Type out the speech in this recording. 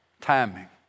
Timing